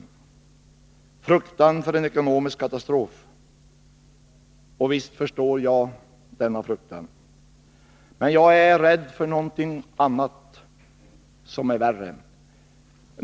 Det är också en fruktan för en ekonomisk katastrof. Visst förstår jag denna fruktan, men jag är rädd för något annat, som är värre.